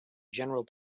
general